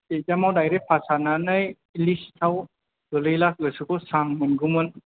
इखजामाव दाइरेख फास जानानै लिस्टाव गोग्लैब्ला गोसोखौ स्रां मोनगौमोन